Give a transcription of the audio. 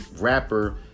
rapper